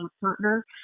partner